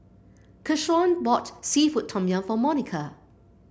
Keshaun bought seafood Tom Yum for Monika